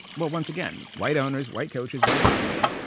well, once again, white owners, white coaches, white media,